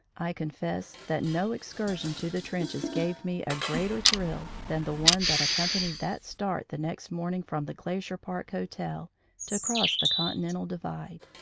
i confess that no excursion to the trenches gave me a greater thrill than the one that accom panied that start the next morning from the glacier park hotel to cross the conti nental divide.